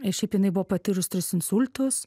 šiaip jinai buvo patyrus tris insultus